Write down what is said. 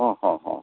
ହଁ ହଁ ହଁ